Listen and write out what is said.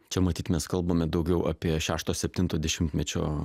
čia matyt mes kalbame daugiau apie šešto septinto dešimtmečio